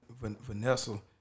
Vanessa